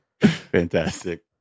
Fantastic